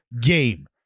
game